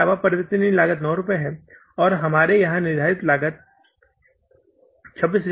इसके अलावा परिवर्तनीय लागत के 9 रुपये हमारे यहां निर्धारित लागत 26000 रुपये है